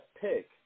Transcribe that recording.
pick